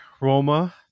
Roma